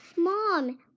Mom